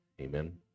amen